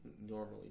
normally